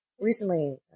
Recently